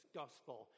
gospel